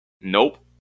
Nope